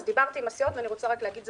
דיברתי עם הסיעות ואני רוצה להגיד את